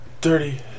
Dirty